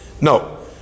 No